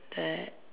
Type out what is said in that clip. uh